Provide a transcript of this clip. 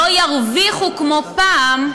לא ירוויחו כמו פעם,